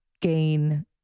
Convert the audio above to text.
gain